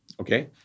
okay